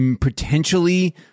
potentially